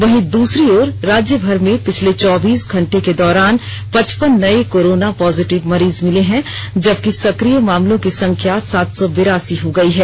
वहीं दूसरी ओर राज्य भर में पिछले चौबीस घंटे के दौरान पचपन नए कोरोना पॉजिटिव मरीज मिले हैं जबकि सक्रिय मामलों की संख्या सात सौ बिरासी हो गई है